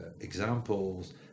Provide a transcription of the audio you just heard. examples